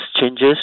changes